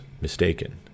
mistaken